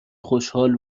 خوشحال